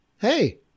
Hey